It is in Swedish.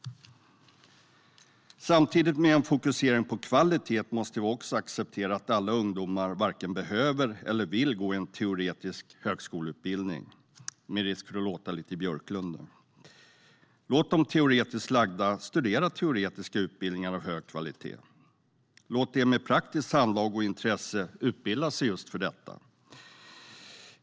Samtidigt måste vi med en fokusering på kvalitet också acceptera att alla ungdomar varken behöver eller vill gå en teoretisk högskoleutbildning - med risk då för att låta som Björklund. Låt de teoretiskt lagda studera teoretiska utbildningar av hög kvalitet. Låt dem med praktiskt handlag och intresse utbilda sig för just detta.